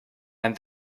and